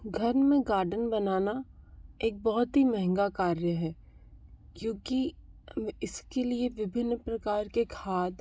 घर में गार्डन बनाना एक बहुत ही महंगा कार्य है क्योंकि इसके लिए विभिन्न प्रकार के खाद